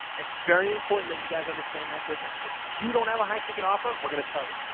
that's very important that you guys understand that difference. if you don't have a high ticket offer, we're going to tell you.